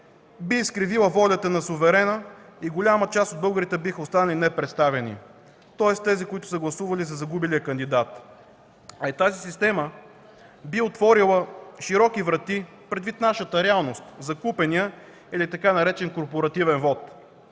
би изкривила волята на суверена и голяма част от българите биха останали непредставени – гласувалите за загубилия кандидат. Тази система би отворила широки врати, предвид нашата реалност, за купения или така наречен „корпоративен” вот.